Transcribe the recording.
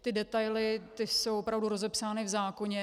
Ty detaily jsou opravdu rozepsány v zákoně.